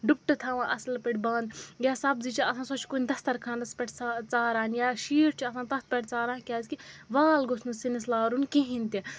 ڈُپٹہٕ تھاوان اَصٕل پٲٹھۍ بَنٛد یا سَبزی چھِ آسان سۄ چھِ کُنہِ دَستَرخانَس پٮ۪ٹھ سا ژاران یا شیٖٹ چھُ آسان تَتھ پٮ۪ٹھ ژاران کیٛازِکہِ وال گوٚژھ نہٕ سِنِس لارُن کِہیٖنۍ تہِ